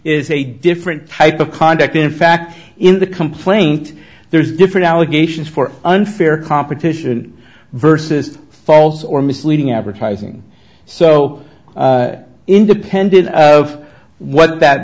is a different pipe of conduct in fact in the complaint there's different allegations for unfair competition vs false or misleading advertising so independent of what that